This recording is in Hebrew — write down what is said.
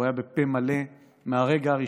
הוא היה בפה מלא מהרגע הראשון,